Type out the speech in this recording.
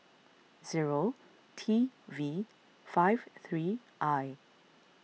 zero T V five three I